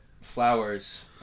flowers